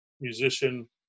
musician